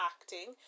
Acting